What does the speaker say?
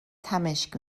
تمشک